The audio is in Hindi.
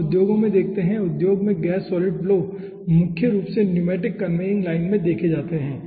हम उद्योग में देखते हैं उद्योग में गैस सॉलिड फ्लो मुख्य रूप से न्यूमैटिक कन्वेयिंग लाइन में देखे जाते हैं